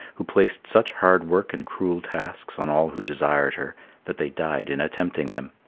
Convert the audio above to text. who placed such hard work and cruel tasks on all who desired her that they died in attempting them.